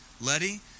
Letty